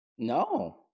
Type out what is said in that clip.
no